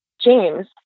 James